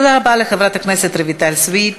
תודה רבה לחברת הכנסת רויטל סויד.